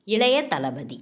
இளைய தளபதி